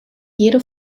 jede